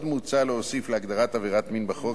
עוד מוצע להוסיף להגדרת עבירת מין בחוק